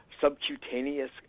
subcutaneous